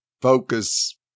focus